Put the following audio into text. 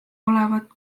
olevat